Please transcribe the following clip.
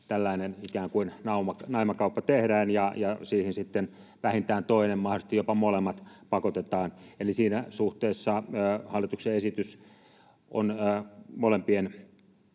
tällainen ikään kuin naimakauppa tehdään, ja siihen vähintään toinen, mahdollisesti jopa molemmat, pakotetaan. Eli siinä suhteessa hallituksen esitys on molempien